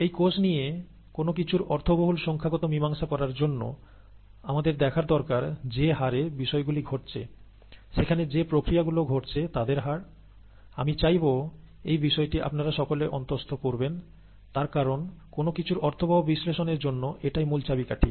এই কোষ নিয়ে কোন কিছুর অর্থবহুল সংখ্যাগত মীমাংসা করার জন্য আমাদের দেখার দরকার যে হারে বিষয়গুলি ঘটছে সেখানে যে প্রক্রিয়া গুলো ঘটছে তাদের হার আমি চাইব এই বিষয়টি আপনারা সকলে অন্তঃস্থ করবেন তার কারণ কোন কিছুর অর্থবহ বিশ্লেষণের জন্য এটাই মূল চাবিকাঠি